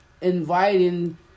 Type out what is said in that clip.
inviting